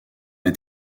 est